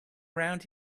around